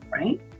right